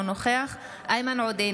אינו נוכח איימן עודה,